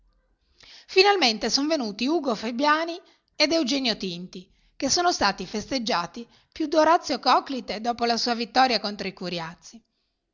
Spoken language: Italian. finalmente son venuti ugo fabiani ed eugenio tinti che sono stati festeggiati più d'orazio coclite dopo la sua vittoria contro i curiazi